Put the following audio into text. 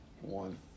one